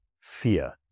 fear